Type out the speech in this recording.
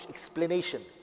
explanation